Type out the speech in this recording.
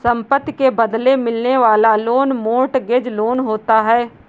संपत्ति के बदले मिलने वाला लोन मोर्टगेज लोन होता है